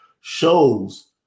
shows